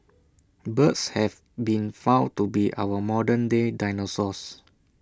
birds have been found to be our modern day dinosaurs